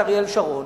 את אריאל שרון,